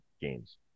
games